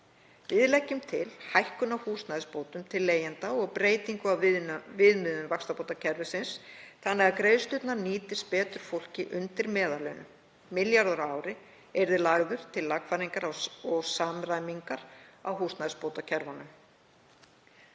Við leggjum til hækkun á húsnæðisbótum til leigjenda og breytingu á viðmiðum vaxtabótakerfisins þannig að greiðslurnar nýtist betur fólki undir meðallaunum. Milljarður á ári yrði lagður til lagfæringar og samræmingar á húsnæðisbótakerfunum.